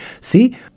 See